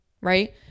Right